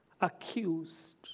accused